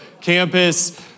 campus